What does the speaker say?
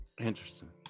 Interesting